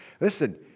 Listen